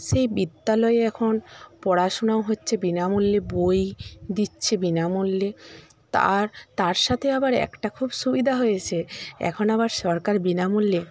সেই বিদ্যালয়ে এখন পড়াশোনাও হচ্ছে বিনামূল্যে বই দিচ্ছে বিনামূল্যে তার তার সাথে আবার একটা খুব সুবিধা হয়েছে এখন আবার সরকার বিনামূল্যে